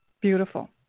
beautiful